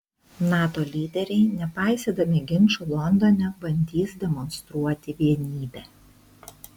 nato lyderiai nepaisydami ginčų londone bandys demonstruoti vienybę